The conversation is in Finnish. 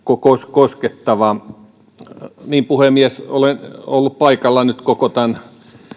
koskettava puhemies olen ollut paikalla nyt koko tämän